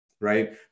Right